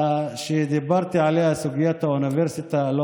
סוגיית האוניברסיטה שדיברתי עליה,